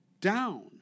down